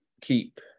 keep